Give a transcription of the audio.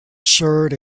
shirt